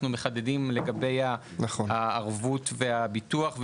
אנחנו מחדדים לגבי הערבות והביטוח,